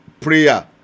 prayer